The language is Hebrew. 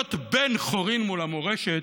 להיות בן חורין מול המורשת,